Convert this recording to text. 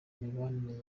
mibanire